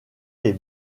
les